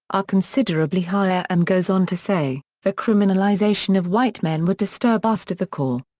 are considerably higher. and goes on to say the criminalization of white men would disturb us to the core.